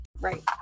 right